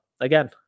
again